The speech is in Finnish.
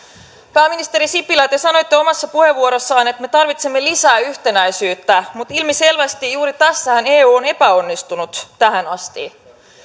pääministeri sipilä te sanoitte omassa puheenvuorossanne että me tarvitsemme lisää yhtenäisyyttä mutta ilmiselvästi juuri tässähän eu on epäonnistunut tähän asti